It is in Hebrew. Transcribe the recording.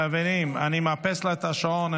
חברים, אני מאפס לה את השעון.